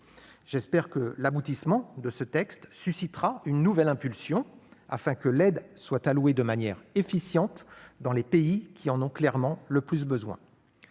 J'espère que l'aboutissement de ce projet de loi suscitera une nouvelle impulsion afin que l'aide soit allouée de manière efficace aux pays qui en ont le plus besoin.